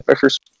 first